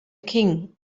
king